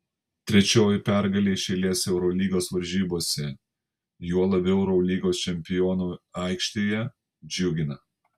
trečioji pergalė iš eilės eurolygos varžybose juo labiau eurolygos čempionų aikštėje džiugina